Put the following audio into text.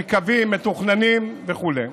בקווים מתוכננים וכו'.